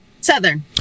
Southern